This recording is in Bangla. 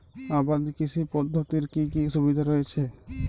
আবাদ কৃষি পদ্ধতির কি কি সুবিধা রয়েছে?